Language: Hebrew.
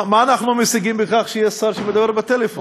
מה אנחנו משיגים בכך שיש שר שמדבר בטלפון?